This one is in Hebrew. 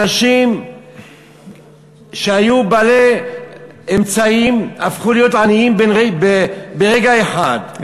אנשים שהיו בעלי אמצעים הפכו להיות עניים ברגע אחד,